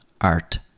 art